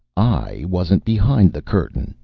i wasn't behind the curtain,